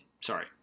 sorry